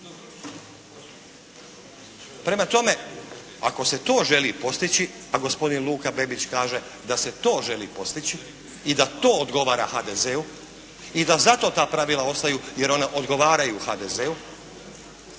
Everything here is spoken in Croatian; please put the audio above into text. Prema tome ako se to želi postići, a gospodin Luka Bebić kaže da se to želi postići i da to odgovara HDZ-u i da zato ta pravila ostaju jer ona odgovaraju HDZ-u